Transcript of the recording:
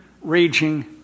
raging